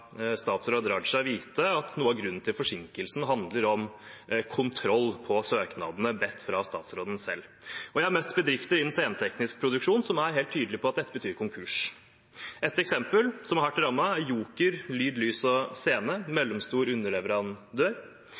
statsråd Raja vite at noe av grunnen til forsinkelsen handler om kontroll på søknadene, som ble bedt om fra statsråden selv. Jeg har møtt bedrifter innen sceneteknisk produksjon som er helt tydelige på at dette betyr konkurs. Et eksempel på dem som er hardt rammet, er Joker Lyd, Lys & Scene,